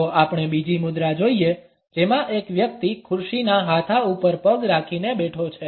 જો આપણે બીજી મુદ્રા જોઈએ જેમાં એક વ્યક્તિ ખુરશીના હાથા ઉપર પગ રાખીને બેઠો છે